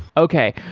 okay,